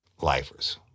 Lifers